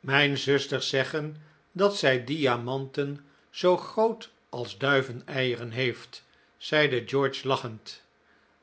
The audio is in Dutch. mijn zusters zeggen dat zij diamanten zoo groot als duiveneieren heeft zeide george lachend